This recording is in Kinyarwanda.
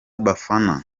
bafana